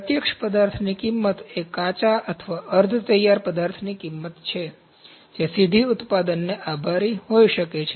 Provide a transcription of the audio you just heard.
પ્રત્યક્ષ પદાર્થની કિંમત એ કાચા અથવા અર્ધ તૈયાર પદાર્થની કિંમત છે જે સીધી ઉત્પાદનને આભારી હોઈ શકે છે